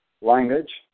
language